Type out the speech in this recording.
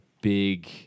big